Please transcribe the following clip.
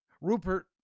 Rupert